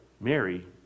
Mary